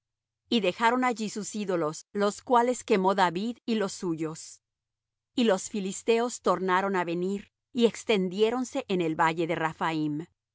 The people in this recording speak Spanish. y dejaron allí sus ídolos los cuales quemó david y los suyos y los filisteos tornaron á venir y extendiéronse en el valle de